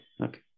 okay